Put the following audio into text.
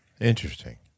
Interesting